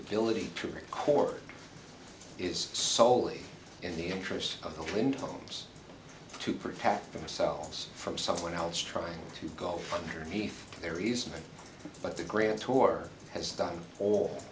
ability to record is soley in the interest of the wind farms to protect themselves from someone else trying to go underneath their easement but the grand tour has done all